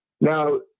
Now